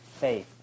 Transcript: faith